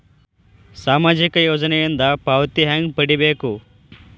ಸಾಮಾಜಿಕ ಯೋಜನಿಯಿಂದ ಪಾವತಿ ಹೆಂಗ್ ಪಡಿಬೇಕು?